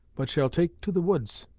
but shall take to the woods